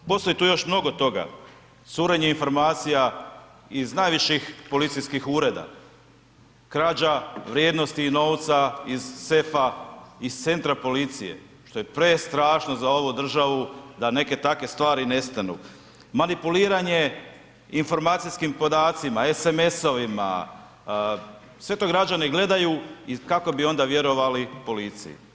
Postoji tu još mnogo toga, curenje informacija iz najviših policijskih ureda, krađa vrijednosti i novca iz sefa iz centra policije, što je prestrašno za ovu državu da neke takve stvari nestanu, manipuliranje informacijskim podacima, SMS-ovima, sve to građani gledaju i kako bi onda vjerovali policiji.